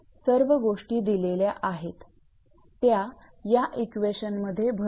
सर्व गोष्टी दिलेल्या आहेत त्या या इक्वेशन मध्ये भरुया